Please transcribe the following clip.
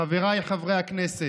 חבריי חברי הכנסת,